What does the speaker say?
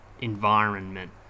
environment